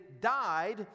died